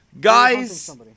guys